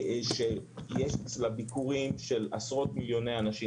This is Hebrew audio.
שיש אצלה ביקורים של עשרות מיליוני אנשים